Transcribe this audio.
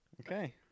Okay